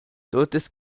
tuttas